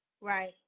Right